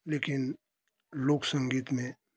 लेकिन लोक संगीत में